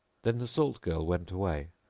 then the salt girl went away,